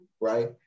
right